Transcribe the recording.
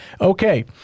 okay